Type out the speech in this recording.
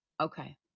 Okay